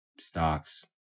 stocks